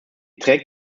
trägt